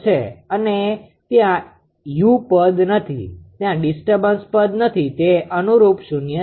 છે અને ત્યાં u પદ નથી ત્યાં ડિસ્ટર્બન્સ પદ નથી તેથી તે અનુરૂપ શૂન્ય છે